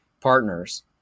partners